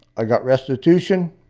i got restitution.